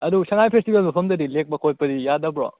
ꯑꯗꯨꯒ ꯁꯉꯥꯏ ꯐꯦꯁꯇꯤꯚꯦꯜ ꯃꯐꯝꯗꯗꯤ ꯂꯦꯛꯄ ꯈꯣꯠꯄꯗꯤ ꯌꯥꯗꯕ꯭ꯔꯣ